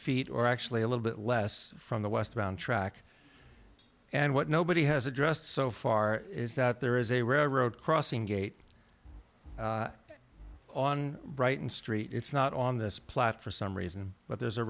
feet or actually a little bit less from the westbound track and what nobody has addressed so far is that there is a railroad crossing gate on brighton st it's not on this planet for some reason but there's a